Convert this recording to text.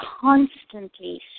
constantly